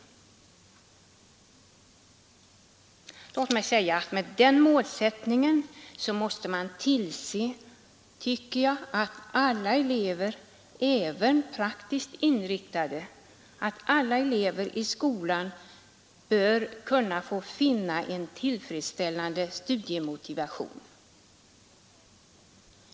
Låt mig säga att med den målsättningen måste man tillse att alla elever — även praktiskt inriktade — i skolan kan finna en tillfredsställande studiemotivation.